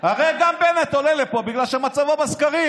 הרי גם בנט עולה לפה בגלל שמצבו בסקרים,